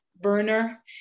burner